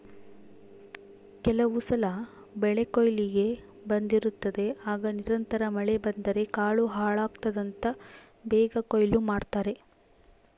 ಕೆಲವುಸಲ ಬೆಳೆಕೊಯ್ಲಿಗೆ ಬಂದಿರುತ್ತದೆ ಆಗ ನಿರಂತರ ಮಳೆ ಬಂದರೆ ಕಾಳು ಹಾಳಾಗ್ತದಂತ ಬೇಗ ಕೊಯ್ಲು ಮಾಡ್ತಾರೆ